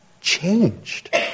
changed